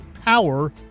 power